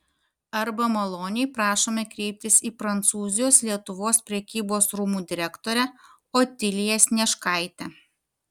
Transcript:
arba maloniai prašome kreiptis į prancūzijos lietuvos prekybos rūmų direktorę otiliją snieškaitę